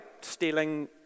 stealing